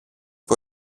που